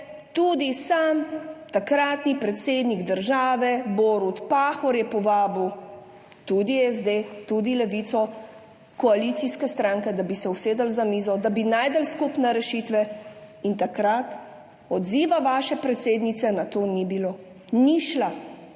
tudi sam takratni predsednik države Borut Pahor je povabil tudi SD, tudi Levico, koalicijske stranke, da bi se usedli za mizo, da bi našli skupne rešitve in takrat odziva vaše predsednice na to ni bilo, ni šla.